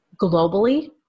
globally